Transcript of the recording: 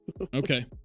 Okay